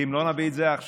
כי אם לא נביא את זה עכשיו,